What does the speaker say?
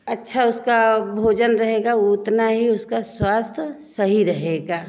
अच्छा उसका भोजन रहेगा उतना ही उसका स्वास्थी सही रहेगा